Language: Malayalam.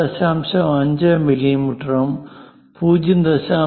5 മില്ലിമീറ്ററും 0